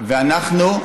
ואנחנו,